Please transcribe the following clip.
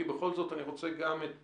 כי בכל זאת אני רוצה גם את